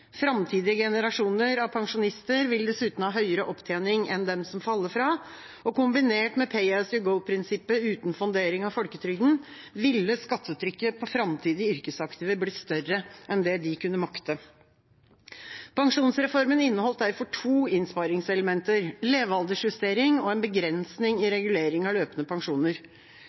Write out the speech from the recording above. Framtidige generasjoner av pensjonister vil dessuten ha høyere opptjening enn dem som faller fra. Kombinert med «pay-as-you-go»-prinsippet, uten fondering av folketrygden, ville skattetrykket på framtidige yrkesaktive bli større enn det de kunne makte. Pensjonsreformen inneholdt derfor to innsparingselementer: levealdersjustering og en begrensning i regulering av løpende pensjoner.